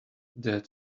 that